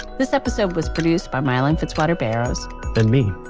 this episode was produced by miellyn fitzwater barrows and me.